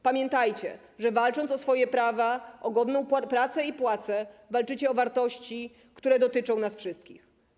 Pamiętajcie, że walcząc o swoje prawa, o godną pracę i płacę, walczycie o wartości, które dotyczą nas wszystkich.